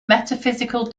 metaphysical